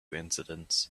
incidents